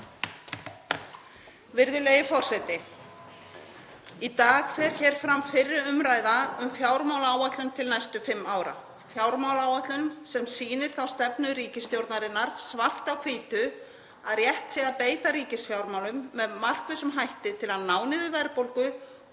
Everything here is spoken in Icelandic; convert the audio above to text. Virðulegi forseti. Í dag fer fram fyrri umræða um fjármálaáætlun til næstu fimm ára, fjármálaáætlun sem sýnir stefnu ríkisstjórnarinnar svart á hvítu að rétt sé að beita ríkisfjármálum með markvissum hætti til að ná niður verðbólgu